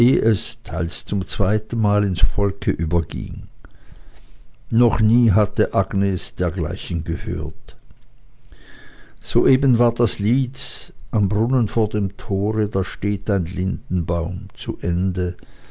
teils zum zweiten male ins volk überging noch nie hatte agnes dergleichen gehört soeben war das lied am brunnen vor dem tore da steht ein lindenbaum zu ende